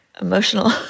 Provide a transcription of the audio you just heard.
emotional